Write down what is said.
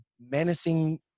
menacing